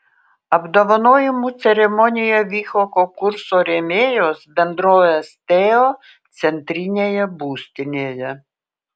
apdovanojimų ceremonija vyko konkurso rėmėjos bendrovės teo centrinėje būstinėje